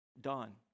done